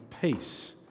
peace